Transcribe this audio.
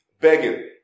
begging